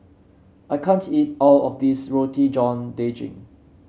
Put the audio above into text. I can't eat all of this Roti John Daging